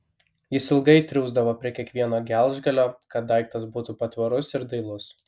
jis ilgai triūsdavo prie kiekvieno geležgalio kad daiktas būtų patvarus ir dailus